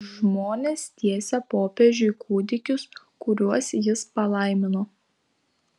žmonės tiesė popiežiui kūdikius kuriuos jis palaimino